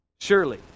Surely